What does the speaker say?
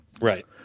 right